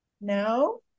no